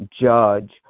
judge